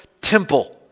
temple